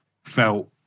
felt